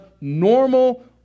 normal